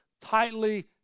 tightly